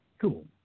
cool